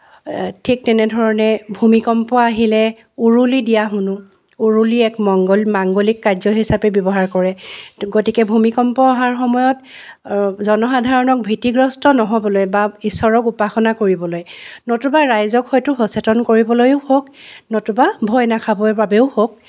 ঠিক তেনেদৰণে ভূমিকম্প আহিলে উৰুলি দিয়া শুনো উৰুলি এক মঙ্গল মাংগলিক কাৰ্য হিচাপে ব্যৱহাৰ কৰে গতিকে ভূমিকম্প অহাৰ সময়ত জনসাধাৰণক ভীতিগ্ৰস্ত ন'হবলৈ বা ঈশ্বৰক উপাসনা কৰিবলৈ নতুবা ৰাইজক হয়তো সচেতন কৰিবলৈয়ো হওক নতুবা ভয় নাখাবৰ বাবেও হওক